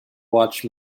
watch